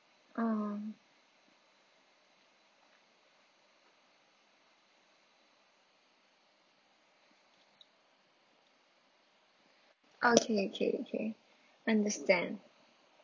um okay okay okay understand